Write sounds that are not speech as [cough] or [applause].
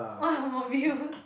[laughs] mobiles